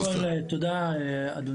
אז קודם כל, תודה, אדוני